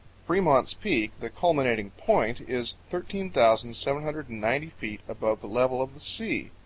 fremont's peak, the culminating point, is thirteen thousand seven hundred and ninety feet above the level of the sea.